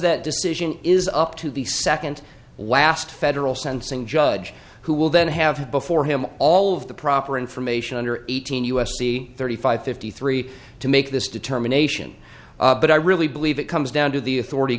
that decision is up to the second last federal sentencing judge who will then have before him all of the proper information under eighteen u s c thirty five fifty three to make this determination but i really believe it comes down to the authority